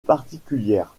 particulière